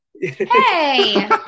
Hey